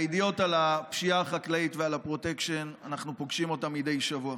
את הידיעות על הפשיעה החקלאית ועל הפרוטקשן אנחנו פוגשים מדי שבוע,